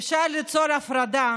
אפשר ליצור הפרדה